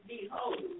Behold